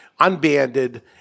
unbanded